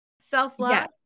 self-love